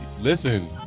listen